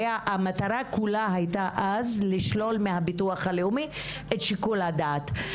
הרי המטרה כולה הייתה אז לשלול מהביטוח הלאומי את שיקול הדעת.